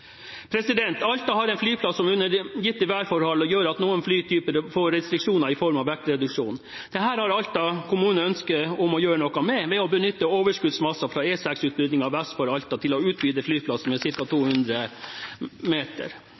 Alta har en flyplass som under gitte værforhold gjør at noen flytyper får restriksjoner i form av vektreduksjon. Dette har Alta kommune ønske om å gjøre noe med, ved å benytte overskuddsmasser fra E6-utbyggingen vest for Alta til å utvide flyplassen med ca. 200 meter.